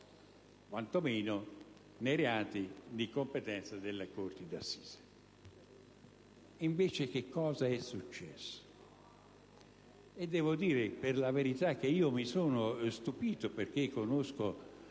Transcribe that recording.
quantomeno nei reati di competenza della corte d'assise. Invece, cosa è successo? Per la verità, io stesso mi sono stupito, perché conosco